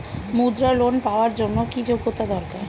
মুদ্রা লোন পাওয়ার জন্য কি যোগ্যতা দরকার?